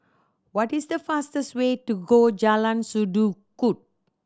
what is the fastest way to go Jalan Sendudok